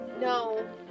No